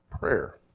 prayer